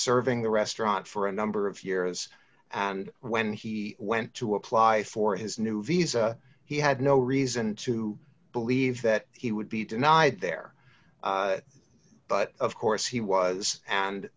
serving the restaurant for a number of years and when he went to apply for his new visa he had no reason to believe that he would be denied there but of course he was and